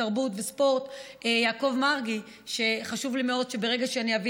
התרבות והספורט יעקב מרגי שחשוב לי מאוד שברגע שאני אביא